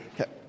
Okay